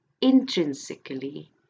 intrinsically